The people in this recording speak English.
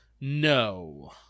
No